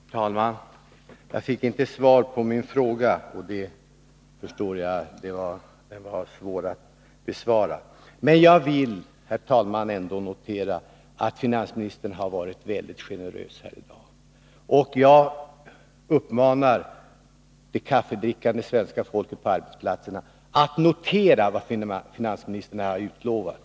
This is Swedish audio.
Herr talman! Jag fick inte något svar på min fråga. Jag förstår att den är svår att besvara. Jag vill, herr talman, ändå konstatera att finansministern har varit mycket generös här i dag. Jag uppmanar det kaffedrickande svenska folket på arbetsplatserna att notera vad finansministern här har utlovat.